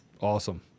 Awesome